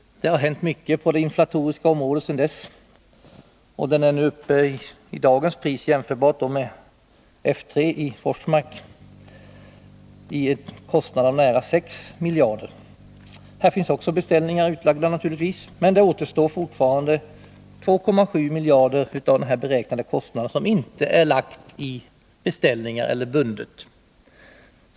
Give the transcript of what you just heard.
Det har hänt mycket på det inflatoriska området sedan dess, och i dagens penningvärde är kostnaden — som kan jämföras med kostnaden för F 3 — uppe i nära 6 miljarder. Här finns också beställningar utlagda, men det återstår fortfarande 2,7 miljarder av den beräknade kostnaden som inte utlagts i beställningar eller bundits på annat sätt.